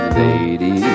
lady